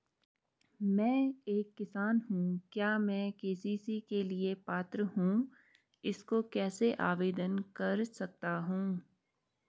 मैं एक किसान हूँ क्या मैं के.सी.सी के लिए पात्र हूँ इसको कैसे आवेदन कर सकता हूँ?